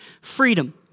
freedom